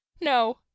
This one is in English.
No